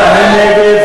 מי נגד?